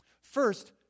First